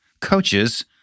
coaches